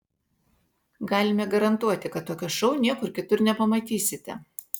galime garantuoti kad tokio šou niekur kitur nepamatysite